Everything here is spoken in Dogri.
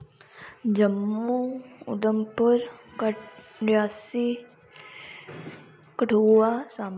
जम्मू ऊधमपुर रियासी कठुआ सांबा